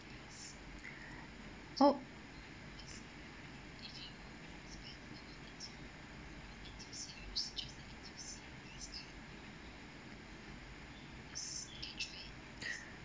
oh